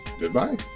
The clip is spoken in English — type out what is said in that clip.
Goodbye